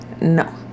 No